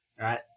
right